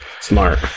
Smart